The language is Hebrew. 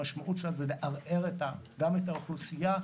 המשמעות שלה היא לערער גם את האוכלוסייה,